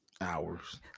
hours